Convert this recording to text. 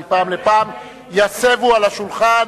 מפעם לפעם יסבו לשולחן,